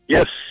Yes